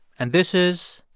and this is.